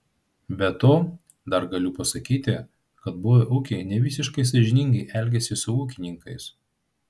be to dar galiu pasakyti kad buvę ūkiai nevisiškai sąžiningai elgiasi su ūkininkais